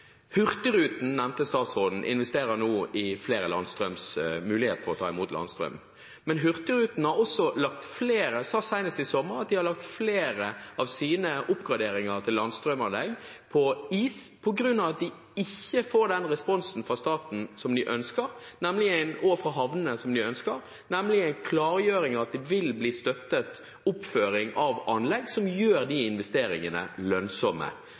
Hurtigruten – nevnte statsråden – investerer nå i flere anlegg som gir mulighet for å ta imot landstrøm, men Hurtigruten sa senest i sommer at de har lagt flere av sine oppgraderinger til landstrøm i farled på is, fordi de ikke får den responsen fra staten overfor havnene som de ønsker, nemlig en klargjøring av at oppføring av anlegg vil bli støttet, som gjør de investeringene lønnsomme